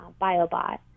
Biobot